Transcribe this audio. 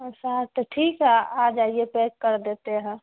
او ساٹھ تو ٹھیک ہے آ جائیے پیک کر دیتے ہیں